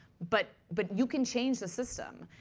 but but you can change the system.